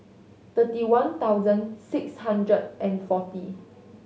thirty one thousand six hundred and forty